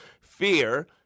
Fear